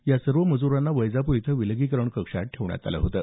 या सर्व मज्रांना वैजापूर इथं विलगीकरण कक्षात ठेवण्यात आलं होतं